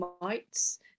mites